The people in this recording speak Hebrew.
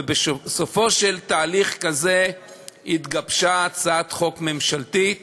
ובסופו של תהליך כזה התגבשה הצעת חוק ממשלתית